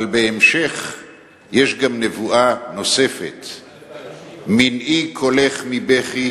אבל בהמשך יש גם נבואה נוספת: מנעי קולך מבכי